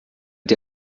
die